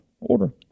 order